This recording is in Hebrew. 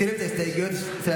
ההסתייגות?